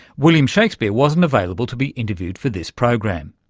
william shakespeare wasn't available to be interviewed for this program.